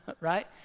right